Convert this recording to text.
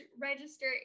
register